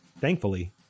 Thankfully